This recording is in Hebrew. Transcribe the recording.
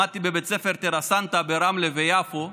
למדתי בבית ספר טרה סנטה ברמלה ויפו,